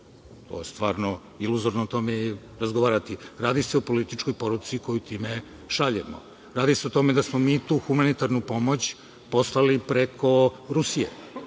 ljudima. Iluzorno je o tome i razgovarati. Radi se o političkoj poruci koju time šaljemo. Radi se o tome da smo mi tu humanitarnu pomoć poslali preko Rusije,